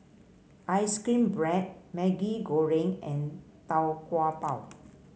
ice cream bread Maggi Goreng and Tau Kwa Pau